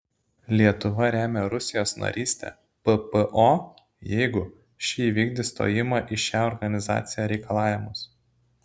lietuva remia rusijos narystę ppo jeigu ši įvykdys stojimo į šią organizaciją reikalavimus